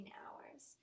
hours